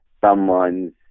someone's